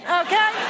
okay